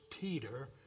Peter